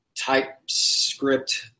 TypeScript